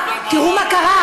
תראו מה קרה,